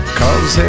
cause